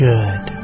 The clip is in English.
Good